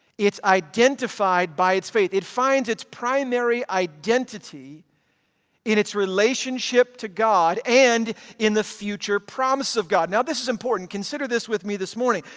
it's identified by its faith. it finds its primary identity in its relationship to god and in the future promises of god. now this is important. consider this with me this morning,